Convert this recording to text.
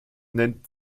nennt